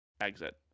exit